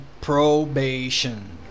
probation